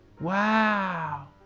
Wow